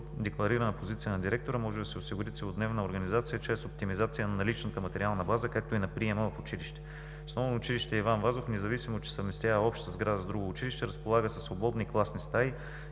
по декларирана позиция на директора, може да си осигури целодневна организация чрез оптимизация на наличната материална база, както и на приема в училище. Основно училище „Иван Вазов“, независимо че съвместява обща сграда с друго училище, разполага със свободни класни стаи